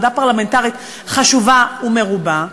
עבודה פרלמנטרית חשובה ומרובה.